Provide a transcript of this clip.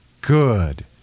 Good